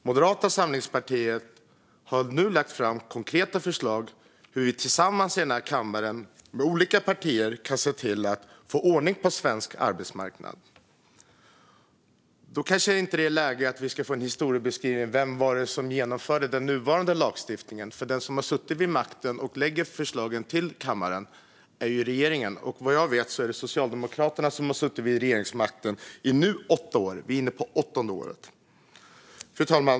Moderata samlingspartiet har nu lagt fram konkreta förslag på hur olika partier tillsammans i den här kammaren kan se till att få ordning på svensk arbetsmarknad. Då är det kanske inte läge för en historiebeskrivning av vem det var som genomförde den nuvarande lagstiftningen. De som har suttit vid makten och lägger fram förslag till kammaren är ju regeringen, och vad jag vet är det Socialdemokraterna som har suttit vid regeringsmakten i snart åtta år. Vi är inne på åttonde året. Fru talman!